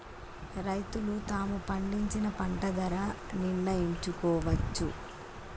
రైతులు తాము పండించిన పంట ధర నిర్ణయించుకోవచ్చా?